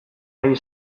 ari